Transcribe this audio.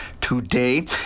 today